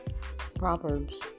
Proverbs